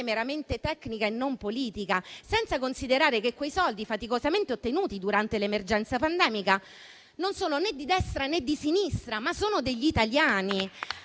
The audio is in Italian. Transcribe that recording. meramente tecnica e non politica; senza considerare che i soldi faticosamente ottenuti durante l'emergenza pandemica non sono né di destra, né di sinistra, ma sono degli italiani.